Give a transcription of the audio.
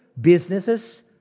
businesses